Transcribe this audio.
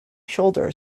shoulder